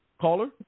Caller